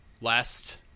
last